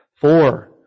Four